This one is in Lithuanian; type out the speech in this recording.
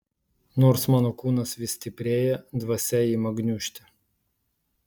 nors mano kūnas vis stiprėja dvasia ima gniužti